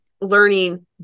learning